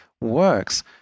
works